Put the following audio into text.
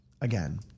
again